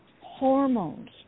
hormones